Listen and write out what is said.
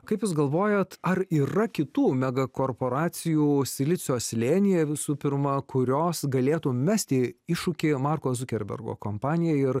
kaip jūs galvojat ar yra kitų mega korporacijų silicio slėnyje visų pirma kurios galėtų mesti iššūkį marko zukerbergo kompanijai ir